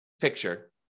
picture